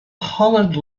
hollered